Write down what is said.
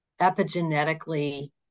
epigenetically